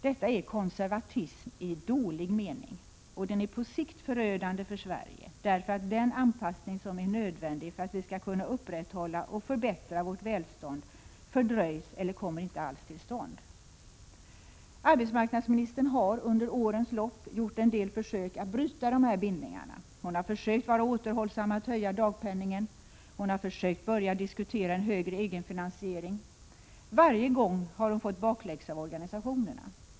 Detta är konservatism i dålig mening, och den är på sikt förödande för Sverige, därför att den anpassning som är nödvändig för att vi skall kunna upprätthålla och förbättra vårt välstånd fördröjs eller inte alls kommer till stånd. Arbetsmarknadsministern har under årens lopp gjort en del försök att bryta de här bindningarna. Hon har försökt vara återhållsam med att höja dagpenningen. Hon har försökt börja diskutera en högre egenfinansiering. Varje gång har hon fått bakläxa av organisationerna.